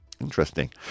interesting